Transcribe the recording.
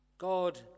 God